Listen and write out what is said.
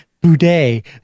Boudet